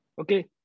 Okay